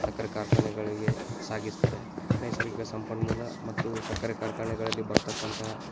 ಸಕ್ಕರೆ ಕಾರ್ಖಾನೆಗಳಿಗೆ ಸಾಗಿಸ್ತಾರೆ ನೈಸರ್ಗಿಕ ಸಂಪನ್ಮೂಲ ಮತ್ತು ಸಕ್ಕರೆ ಕಾರ್ಖಾನೆಗಳಲ್ಲಿ ಬರತಕ್ಕಂತಹ